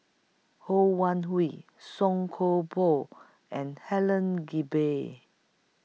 Ho Wan Hui Song Koon Poh and Helen Gilbey